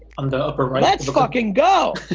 on the upper right let's fucking go!